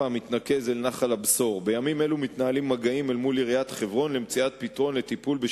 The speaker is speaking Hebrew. אנחנו עוברים לשאילתא מס'